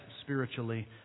spiritually